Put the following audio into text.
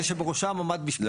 אבל בראשן עמד משפטן,